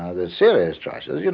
ah the serious choices, you know